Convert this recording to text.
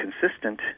consistent